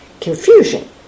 confusion